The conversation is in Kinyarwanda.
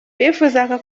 bifuzaga